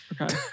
Okay